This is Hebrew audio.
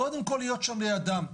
קודם כול להיות שם לידם,